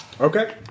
okay